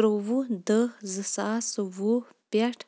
تٕرٛوُہ دٔہ زٕ ساس وُہ پٮ۪ٹھ